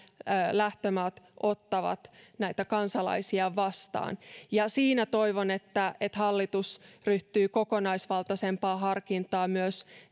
lähtömaat ottavat näitä kansalaisia vastaan siinä toivon että että hallitus ryhtyy kokonaisvaltaisempaan harkintaan myös